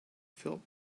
feel